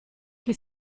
che